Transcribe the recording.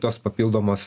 tos papildomos